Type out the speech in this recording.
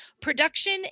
production